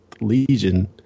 Legion